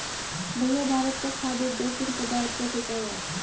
भैया भारत का खाघ उद्योग किन पदार्थ पर टिका हुआ है?